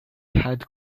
had